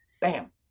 Bam